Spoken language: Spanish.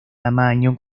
tamaño